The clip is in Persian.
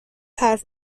حرف